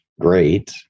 great